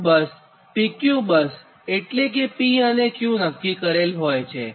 load બસPQ bus એટલે કે અહીં લોડ P અને Q બંને નક્કી કરેલ છે